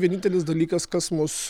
vienintelis dalykas kas mus